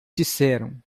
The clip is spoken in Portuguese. disseram